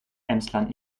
emsland